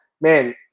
Man